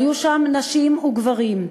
היו שם נשים וגברים,